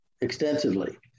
extensively